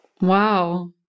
Wow